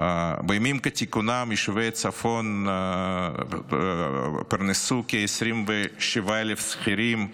בימים כתיקונם יישובי הצפון פרנסו כ-27,000 שכירים,